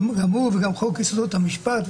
גם הוא וגם חוק יסודות המשפט.